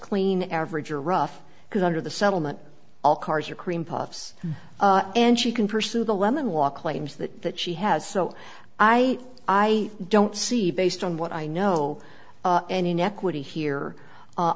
clean average or rough because under the settlement all cars are cream puffs and she can pursue the lemon walk claims that that she has so i i don't see based on what i know and inequity here